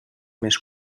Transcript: més